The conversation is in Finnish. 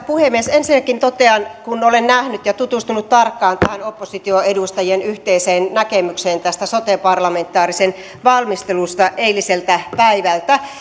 puhemies ensinnäkin totean että kun olen tutustunut tarkkaan tähän opposition edustajien yhteiseen näkemykseen tästä soten parlamentaarisesta valmistelusta eiliseltä päivältä ja nähnyt sen